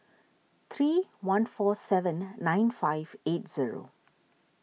three one four seven nine five eight zero